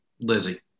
Lizzie